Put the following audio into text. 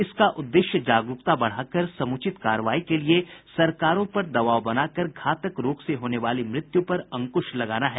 इसका उद्देश्य जागरूकता बढ़ाकर समुचित कार्रवाई के लिए सरकारों पर दबाव बना कर घातक रोगसे होने वाली मृत्यु पर अंकुश लगाना है